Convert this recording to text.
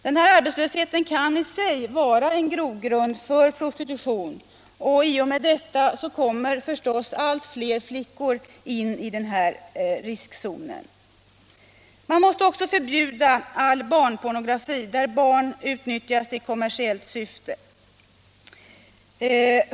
Den arbetslösheten kan i sig vara en grogrund för prostitution. I och med den kommer allt fler flickor in i riskzonen. Man måste också förbjuda all barnpornografi, där barn utnyttjas i kommersiellt syfte.